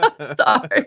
Sorry